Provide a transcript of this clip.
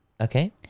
Okay